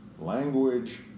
Language